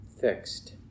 fixed